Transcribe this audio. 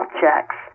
checks